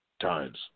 times